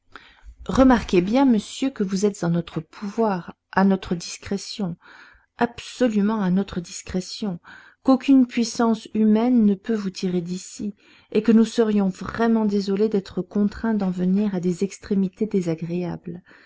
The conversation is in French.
remarquez bien monsieur que vous êtes en notre pouvoir à notre discrétion absolument à notre discrétion qu'aucune puissance humaine ne peut vous tirer d'ici et que nous serions vraiment désolés d'être contraints d'en venir à des extrémités désagréables